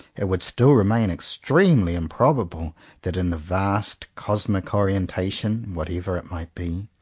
it would still remain extremely improbable that in the vast cosmic orientation, whatever it might be,